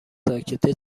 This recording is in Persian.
ساکته